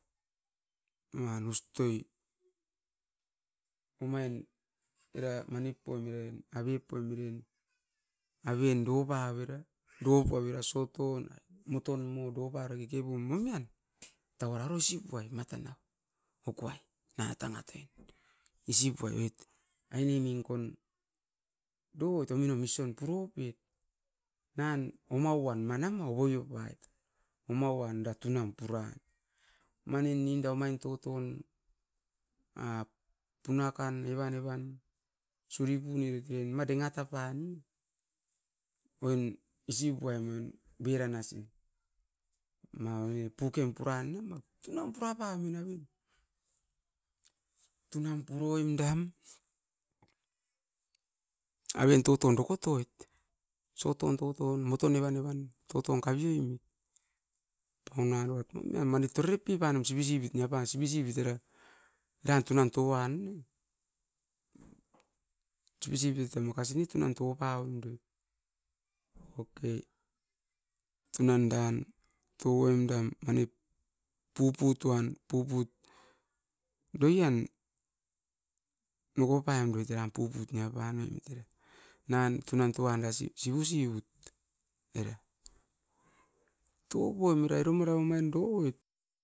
Ma uan ustoi, omain era manip oim urai avep poim iran avien doup avera. Doup avera soton moton mo doup para keke pum momian tauara orosip puai matan na okoai nanga tan gnat oi, isi puai oit aine min kon do'itominom ison puropet nan oma uan mana ma ou oi oupat oma uan da tunam puran. Mani ninda omain toton a punakan evan-evan suri puniot erain ma dengat apan ne, oin isi puaim noin biranasin ma oi pukem puran nemon, tunam purapa ominobin, tunan puroim dam, aven toton dokotoit, soton toton moton, evan evan toton kaviu'im paun anoit momiam mani torip pip anum sivi sivit nia pa sivi sivit era eran tunan toan ne. Sivi sivit a makasin i tunan toupa'oindoi, okei tunan dan tu'oin dam manip puput uan, puput doian moko pan doit eram puput nia panomit era. Nan tunan tuanda sivu sivut, era. Tokoim urai iru mara omain do'oit,